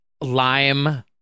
Lime